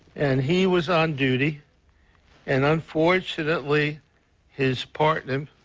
and he was on duty and unfortunately his partner, um